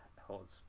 holds